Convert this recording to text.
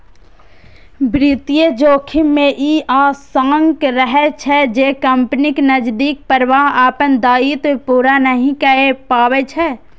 वित्तीय जोखिम मे ई आशंका रहै छै, जे कंपनीक नकदीक प्रवाह अपन दायित्व पूरा नहि कए पबै छै